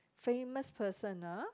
famous person ah